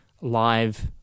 live